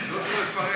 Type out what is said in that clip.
לא צריך לפרט.